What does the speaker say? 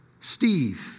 Steve